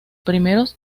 primeros